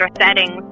settings